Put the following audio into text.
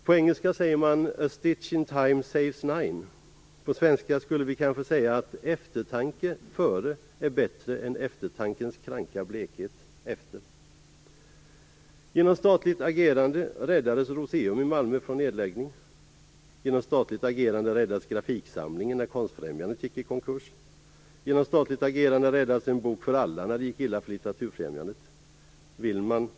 På engelska säger man: a stitch in time saves nine. På svenska skulle vi kanske säga att eftertanke före är bättre än eftertankens kranka blekhet efter. Malmö från nedläggning. Genom ett statligt agerande räddades grafiksamlingen när Konstfrämjandet gick i konkurs. Genom ett statligt agerande räddades En bok för alla när det gick illa för Litteraturfrämjandet. Man kan om man vill.